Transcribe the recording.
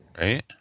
Right